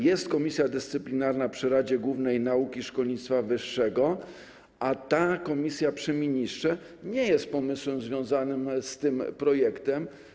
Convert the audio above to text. Jest Komisja Dyscyplinarna przy Radzie Głównej Nauki i Szkolnictwa Wyższego, a komisja przy ministrze nie jest pomysłem związanym z tym projektem.